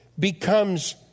becomes